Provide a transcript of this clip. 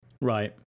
right